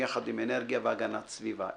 יחד עם אנרגיה והגנת הסביבה.